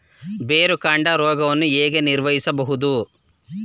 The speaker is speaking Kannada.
ಬೇರುಕಾಂಡ ರೋಗವನ್ನು ಹೇಗೆ ನಿರ್ವಹಿಸಬಹುದು?